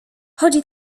chodzi